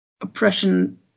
oppression